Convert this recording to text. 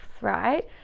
right